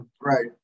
Right